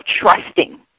trusting